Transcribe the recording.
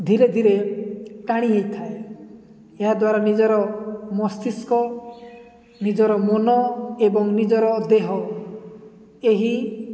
ଧୀରେ ଧୀରେ ଟାଣି ହେଇଥାଏ ଏହାଦ୍ୱାରା ନିଜର ମସ୍ତିଷ୍କ ନିଜର ମନ ଏବଂ ନିଜର ଦେହ ଏହି